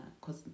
cause